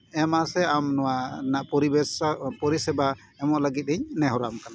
ᱮᱢᱟ ᱥᱮ ᱟᱢ ᱱᱚᱶᱟ ᱨᱮᱱᱟᱜ ᱯᱚᱨᱤᱵᱮᱥ ᱥᱟᱶ ᱯᱚᱨᱤ ᱥᱮᱵᱟ ᱮᱢᱚᱜ ᱞᱟᱹᱜᱤᱫ ᱤᱧ ᱱᱮᱦᱚᱨᱟᱢ ᱠᱟᱱᱟ